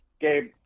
Gabe